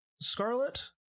Scarlet